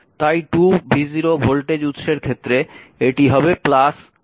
তাই 2 v0 voltage উৎসের ক্ষেত্রে এটি হবে 2 v0